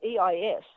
EIS